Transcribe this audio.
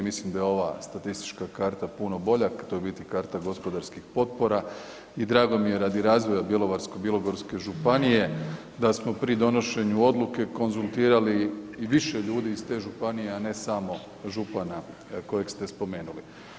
Mislim da je ova statistička karta puno bolja to je u biti karta gospodarskih potpora i drago mi je radi razvoja Bjelovarsko-bilogorske županije da smo pri donošenju odluke konzultirali i više ljudi iz te županije, a ne samo župana kojeg ste spomenuli.